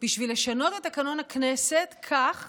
בשביל לשנות את תקנון הכנסת כך